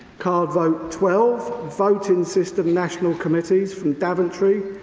cord vote twelve, voting system national committees from daventry,